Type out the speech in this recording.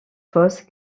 fausses